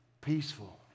peaceful